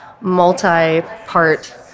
multi-part